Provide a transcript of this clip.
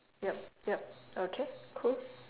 yup yup okay cool